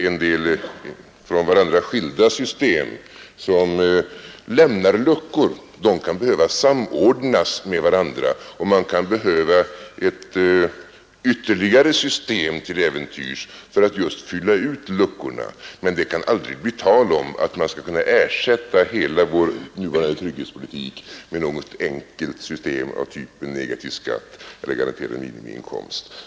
En del från varandra skilda system som lämnar luckor kan behöva samordnas med varandra, och man kan till äventyrs behöva ytterligare ett system för att just fylla ut luckorna. Men det kan aldrig bli tal om att ersätta hela vår nuvarande trygghetspolitik med ett enkelt system av typen negativ skatt eller garanterad minimiinkomst.